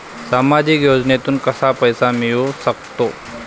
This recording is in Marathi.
सामाजिक योजनेतून कसा पैसा मिळू सकतो?